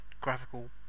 graphical